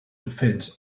defence